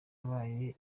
yabaye